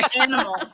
animals